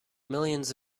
millions